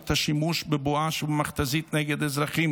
את השימוש בבואש של המכת"זית נגד אזרחים